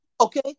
Okay